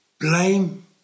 Blame